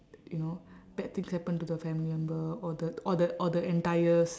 you know bad things happen to the family member or the or the or the entire